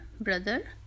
brother